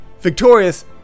Victorious